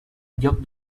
lloc